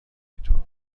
اینطور